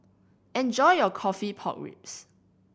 enjoy your coffee pork ribs